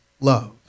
love